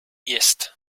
ist